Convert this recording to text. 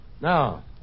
Now